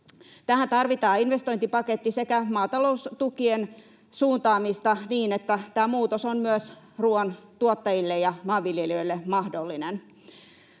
Tähän tarvitaan investointipaketti sekä maataloustukien suuntaamista niin, että tämä muutos on myös ruoantuottajille ja maanviljelijöille mahdollinen.